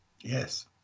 Yes